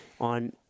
on